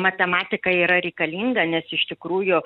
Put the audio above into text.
matematika yra reikalinga nes iš tikrųjų